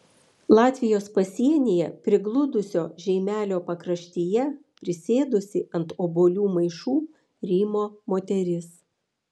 latvijos pasienyje prigludusio žeimelio pakraštyje prisėdusi ant obuolių maišų rymo moteris